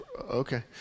okay